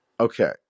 Okay